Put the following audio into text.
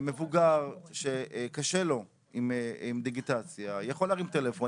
מבוגר שקשה לו עם דיגיטציה יכול להרים טלפון.